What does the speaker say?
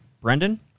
Brendan